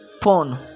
Porn